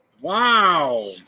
Wow